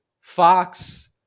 Fox